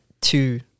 two